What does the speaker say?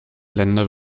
länder